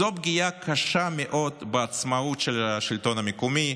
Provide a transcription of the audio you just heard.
זו פגיעה קשה מאוד בעצמאות של השלטון המקומי,